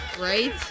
Right